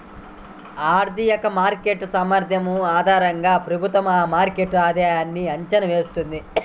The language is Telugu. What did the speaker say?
ఆర్థిక మార్కెట్ సామర్థ్యం ఆధారంగా ప్రభుత్వం ఆ మార్కెట్ ఆధాయన్ని అంచనా వేస్తుంది